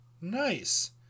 nice